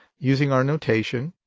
using our notation,